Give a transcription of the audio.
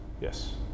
yes